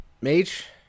Mage